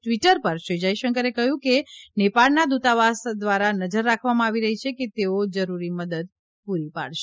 Twitter પર શ્રી જયશંકરે કહ્યું કે નેપાળના દૂતાવાસ દ્વારા નજર રાખવામાં આવી રહી છે અને તેઓ જરૂરી મદદ પૂરી પાડશે